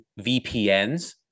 VPNs